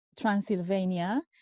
Transylvania